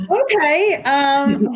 Okay